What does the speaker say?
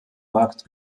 markt